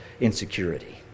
insecurity